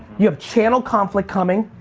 you have channel conflict coming,